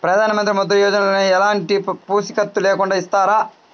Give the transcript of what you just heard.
ప్రధానమంత్రి ముద్ర యోజన ఎలాంటి పూసికత్తు లేకుండా ఇస్తారా?